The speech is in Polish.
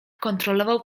kontrolował